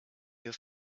your